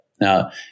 Now